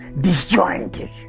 disjointed